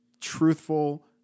truthful